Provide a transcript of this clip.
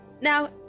now